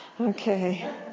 Okay